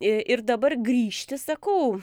i ir dabar grįžti sakau